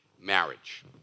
Marriage